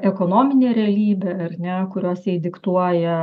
ekonominė realybė ar ne kuriuos jai diktuoja